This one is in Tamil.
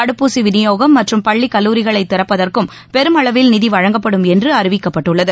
தடுப்பூசி விநியோகம் மற்றும் பள்ளி கல்லூரிகளை திறப்பதற்கும் பெருமளவில் நிதி வழங்கப்படும் என்று அறிவிக்கப்பட்டுள்ளது